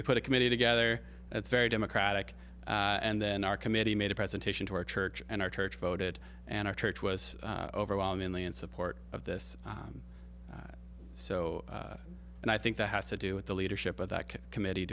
we put a committee together that's very democratic and then our committee made a presentation to our church and our church voted and our church was overwhelmingly in support of this so and i think that has to do with the leadership of that committee